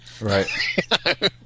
Right